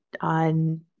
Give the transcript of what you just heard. on